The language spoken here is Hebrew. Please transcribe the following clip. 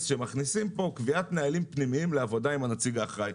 שמכניסים כאן קביעת נהלים פנימיים לעבודה עם הנציג האחראי.